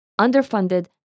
underfunded